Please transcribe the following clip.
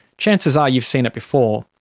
chances are you've seen it before,